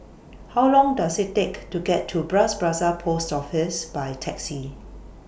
How Long Does IT Take to get to Bras Basah Post Office By Taxi